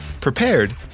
prepared